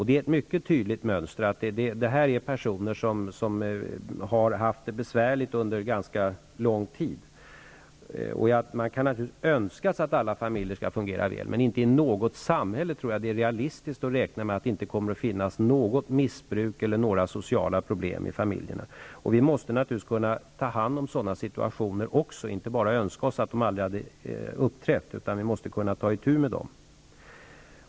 Det är ett mycket tydligt mönster att det här är personer som har haft det besvärligt under ganska lång tid. Man kan naturligtvis önska sig att alla familjer skall fungera väl, men inte i något samhälle tror jag att det är realistiskt att räkna med att det inte kommer att finnas något missbruk eller några sociala problem i familjerna. Vi måste naturligtvis kunna ta hand om också sådana situationer och inte bara önska oss att de aldrig hade uppstått -- vi måste kunna ta itu med dem.